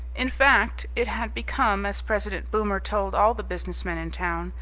in fact, it had become, as president boomer told all the businessmen in town,